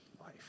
life